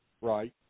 right